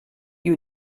you